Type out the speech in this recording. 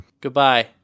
Goodbye